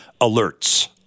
alerts